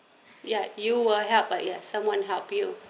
ya you were helped but ya someone helped you